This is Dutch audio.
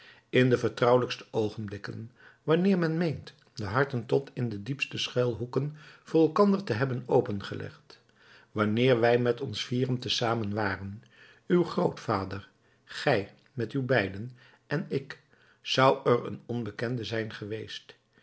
in de vertrouwelijkste oogenblikken wanneer men meent de harten tot in de diepste schuilhoeken voor elkander te hebben opengelegd wanneer wij met ons vieren te zamen waren uw grootvader gij met uw beiden en ik zou er een onbekende zijn geweest